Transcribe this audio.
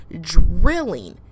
drilling